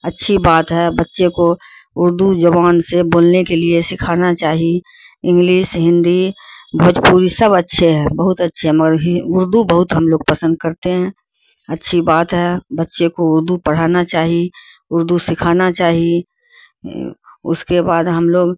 اچھی بات ہے بچے کو اردو زبان سے بولنے کے لیے سکھانا چاہیے انگلس ہندی بھوجپوری سب اچھے ہیں بہت اچھے ہیں مگر اردو بہت ہم لوگ پسند کرتے ہیں اچھی بات ہے بچے کو اردو پڑھانا چاہیے اردو سکھانا چاہیے اس کے بعد ہم لوگ